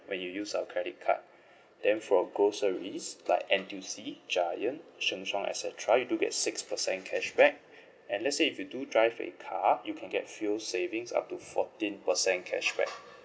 when you use our credit card then for groceries like N_T_U_C Giant Sheng Siong et cetera you do get six percent cashback and let's say if you do drive a car you can get fuel savings up to fourteen percent cashback